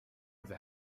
the